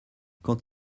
quand